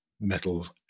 metals